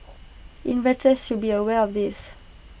investors should be aware of this